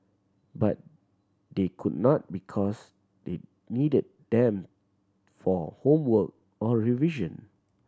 but they could not because they needed them for homework or revision